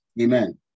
Amen